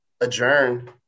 adjourn